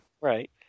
right